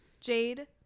Jade